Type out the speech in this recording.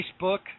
Facebook